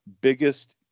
biggest